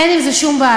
אין עם זה שום בעיה.